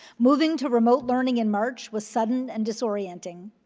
moving to remote learning in march was sudden and disorienting,